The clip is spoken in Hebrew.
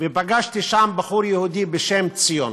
ופגשתי שם בחור יהודי בשם ציון,